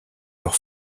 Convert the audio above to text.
leur